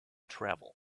travel